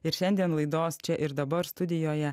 ir šiandien laidos čia ir dabar studijoje